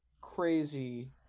crazy